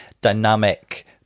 dynamic